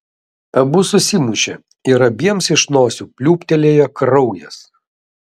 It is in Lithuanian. abu susimušė ir abiems iš nosių pliūptelėjo kraujas